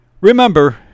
Remember